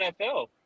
NFL